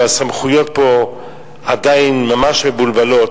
והסמכויות פה עדיין ממש מבולבלות,